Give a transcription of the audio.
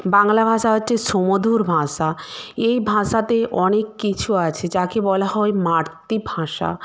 বাংলা ভাষা হচ্ছে সুমধুর ভাষা এই ভাষাতে অনেক কিছু আছে যাকে বলা হয় মাতৃভাষা